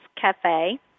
Cafe